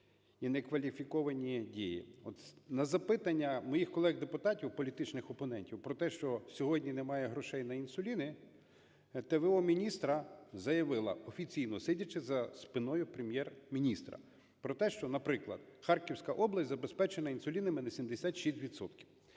на запитання моїх колег депутатів політичних опонентів про те, що сьогодні немає грошей на інсуліни т.в.о. міністра заявила офіційно, сидячи за спиною Прем'єр-міністра, про те, що, наприклад, Харківська область забезпечена інсуліном на 76